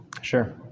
Sure